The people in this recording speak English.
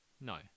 no